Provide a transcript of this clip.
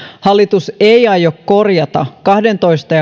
hallitus ei aio korjata kahdentoista